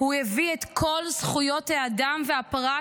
הוא הביא את קול זכויות האדם והפרט,